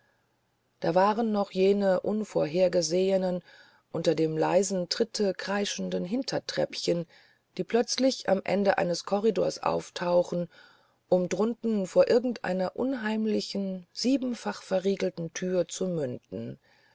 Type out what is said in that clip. da waren noch jene unvorhergesehenen unter dem leisesten tritte kreischenden hintertreppchen die plötzlich am ende eines korridors auftauchen um drunten vor irgend einer unheimlichen siebenfach verriegelten thür zu münden